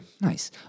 Nice